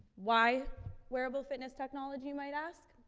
why wearable fitness technology, you might ask?